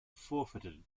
forfeited